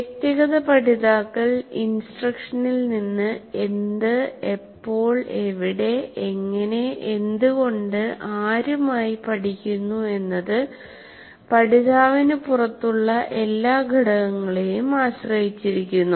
വ്യക്തിഗത പഠിതാക്കൾ ഇൻസ്ട്രക്ഷനിൽ നിന്ന് എന്ത് എപ്പോൾ എവിടെ എങ്ങനെ എന്തുകൊണ്ട് ആരുമായി പഠിക്കുന്നു എന്നത് പഠിതാവിന് പുറത്തുള്ള എല്ലാ ഘടകങ്ങളെയും ആശ്രയിച്ചിരിക്കുന്നു